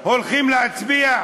הולכים להצביע?